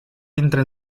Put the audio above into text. dintre